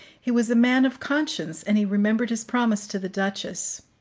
he was a man of conscience, and he remembered his promise to the duchess.